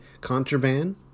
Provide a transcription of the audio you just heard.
contraband